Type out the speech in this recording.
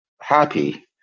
happy